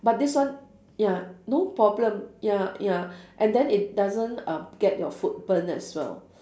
but this one ya no problem ya ya and then it doesn't uh get your food burnt as well